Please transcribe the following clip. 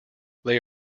they